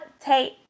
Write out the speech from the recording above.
take